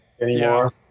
Anymore